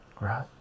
right